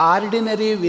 Ordinary